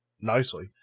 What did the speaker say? nicely